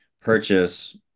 purchase